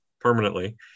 permanently